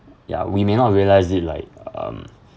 ya we may not realise it like um